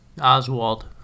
oswald